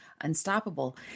Unstoppable